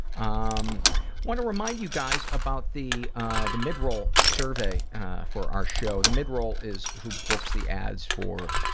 um want to remind you guys about the the midroll survey for our show. the midroll is, who books the ads for